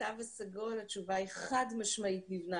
התו הסגול התשובה היא חד-משמעית נבנה